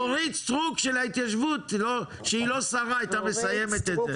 אורית סטרוק של ההתיישבות כשהיא לא שרה הייתה מסיימת את זה.